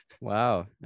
Wow